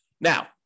now